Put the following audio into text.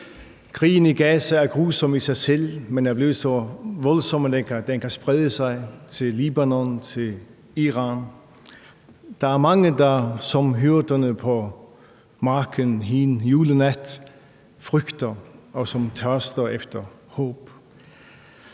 Krigen i Gaza er grusom i sig selv, men er blevet så voldsom, at den kan sprede sig til Libanon og til Iran. Der er mange, der som hyrderne på marken hin julenat er ramt af frygt, og som tørster efter håb.